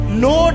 no